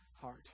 heart